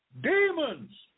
demons